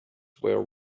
were